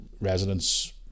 residents